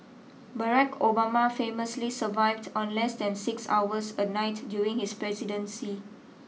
Barack Obama famously survived on less than six hours a night during his presidency